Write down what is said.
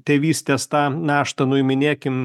tėvystės tą naštą nuiminėkim